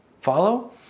Follow